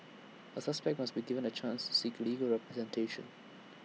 A suspect must be given A chance seek legal representation